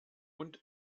und